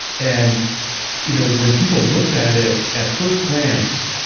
and you know when people looked at it at first glance,